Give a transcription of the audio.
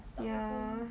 ya